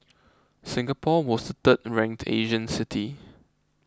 Singapore was third ranked Asian city